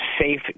safe